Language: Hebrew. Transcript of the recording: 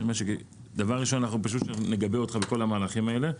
דבר ראשון, נגבה אותך בכל המהלכים האלה.